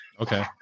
Okay